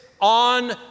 on